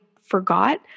forgot